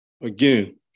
again